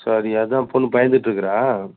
sir அதுதான் பொண்ணு பயந்துகிட்ருக்குறா